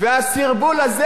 והסרבול הזה,